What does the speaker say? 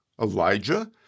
Elijah